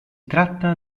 tratta